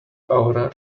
our